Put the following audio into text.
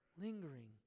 lingering